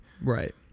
Right